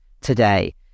today